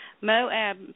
Moab